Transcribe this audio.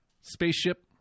Spaceship